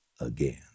again